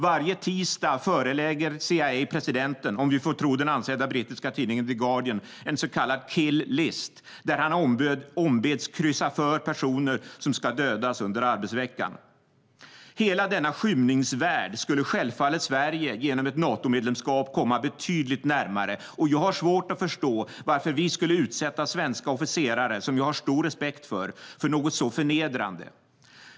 Varje tisdag förelägger CIA presidenten, om vi får tro den ansedda brittiska tidningen The Guardian, en så kallad kill list där han ombeds kryssa för personer som ska dödas under arbetsveckan. Hela denna skymningsvärld skulle självfallet Sverige genom ett Natomedlemskap komma betydligt närmare. Jag har svårt att förstå varför vi skulle utsätta svenska officerare, som jag har stor respekt för, för något så förnedrande.